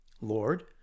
Lord